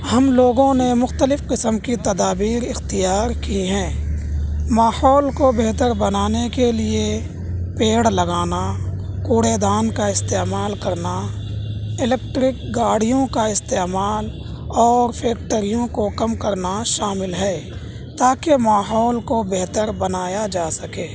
ہم لوگوں نے مختلف قسم کی تدابیر اختیار کی ہیں ماحول کو بہتر بنانے کے لیے پیڑ لگانا کوڑے دان کا استعمال کرنا الیکٹرک گاڑیوں کا استعمال اور پھر ٹریوں کو کم کرنا شامل ہے تا کہ ماحول کو بہتر بنایا جا سکے